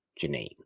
Janine